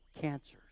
cancers